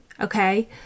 okay